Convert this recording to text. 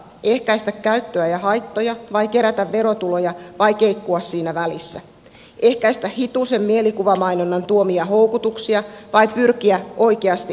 ehkäistä käyttöä ja haittoja vai kerätä verotuloja vai keikkua siinä välissä ehkäistä hitusen mielikuvamainonnan tuomia houkutuksia vai pyrkiä oikeasti asennemuokkaukseen